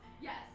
Yes